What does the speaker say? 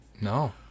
no